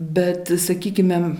bet sakykime